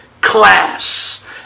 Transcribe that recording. class